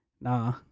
Nah